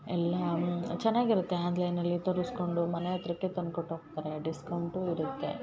ಎಲ್ಲ ಚೆನ್ನಾಗಿ ಇರತ್ತೆ ಆನ್ಲೈನಲ್ಲಿ ತರಸ್ಕೊಂಡು ಮನೆ ಹತ್ರಕ್ಕೆ ತಂದ್ಕೊಟ್ಟು ಹೋಗ್ತಾರೆ ಡಿಸ್ಕೌಂಟು ಇರತ್ತೆ